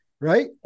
right